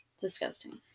Disgusting